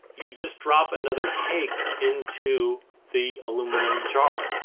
you just drop another cake into the aluminum jar